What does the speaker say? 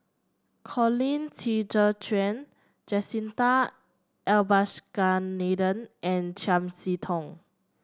Colin Qi Zhe Quan Jacintha Abisheganaden and Chiam See Tong